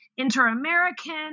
inter-American